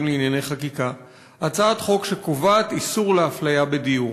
לענייני חקיקה הצעת חוק שקובעת איסור אפליה בדיור,